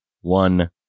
One